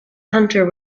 hunter